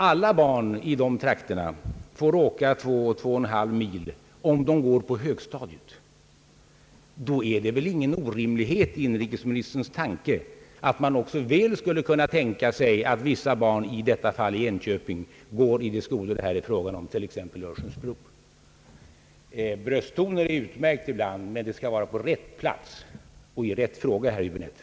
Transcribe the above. Alla barn i de trakterna får åka 2—2 1/2 mil om de går på högstadiet. Då är det väl inget orimligt i inrikesministersn tanke att man också skulle kunna tänka sig att vissa barn, i detta fall i Enköping, går i de skolor som det här är fråga om, t.ex. i Örsundsbro. Brösttoner är utmärkta ibland, men de skall vara på rätt plats och i rätt fråga, herr Höäbinette!